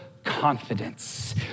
confidence